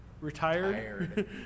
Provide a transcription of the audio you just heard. retired